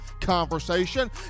conversation